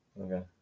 Okay